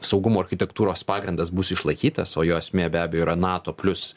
saugumo architektūros pagrindas bus išlaikytas o jo esmė be abejo yra nato plius